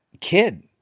kid